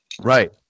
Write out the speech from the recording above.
Right